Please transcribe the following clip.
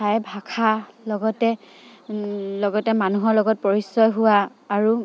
ঠাইৰ ভাষা লগতে লগতে মানুহৰ লগত পৰিচয় হোৱা আৰু